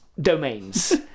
domains